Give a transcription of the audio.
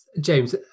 james